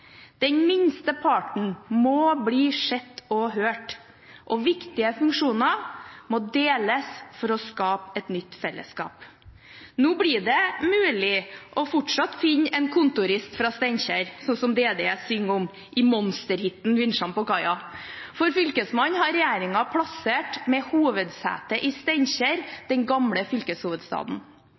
Den minste parten må bli sett og hørt, og viktige funksjoner må deles for å skape et nytt fellesskap. Nå blir det mulig fortsatt å finne en kontorist fra Steinkjer, som DDE synger om i monsterhiten «Vinsjan på kaia», for Fylkesmannen har regjeringen plassert med hovedsetet i Steinkjer, den gamle fylkeshovedstaden.